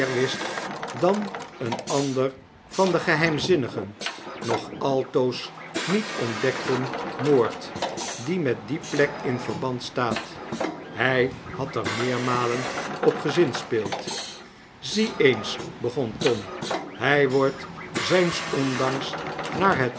wist dan een ander van den geheimzinnigen nog altoos niet ontdekten moord die met die plek in verband staat hy had er meermalen op gezinspeeld zie eens begon tom hy wordt zijns ondanks naar het